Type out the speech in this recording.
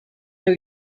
new